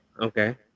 Okay